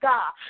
God